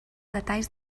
detalls